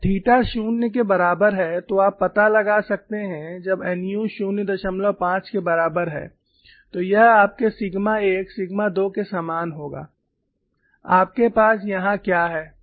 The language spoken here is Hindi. जब थीटा 0 के बराबर है तो आप पता लगा सकते हैं कि जब nu 05 के बराबर है तो यह आपके सिग्मा 1 सिग्मा 2 के समान होगा आपके पास यहां क्या है